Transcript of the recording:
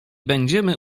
będziemy